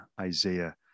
Isaiah